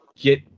get